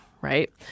right